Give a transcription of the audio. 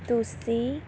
ਤੁਸੀਂ